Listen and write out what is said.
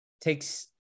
takes